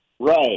Right